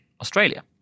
Australia